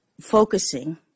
focusing